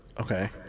Okay